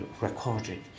recording